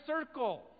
circle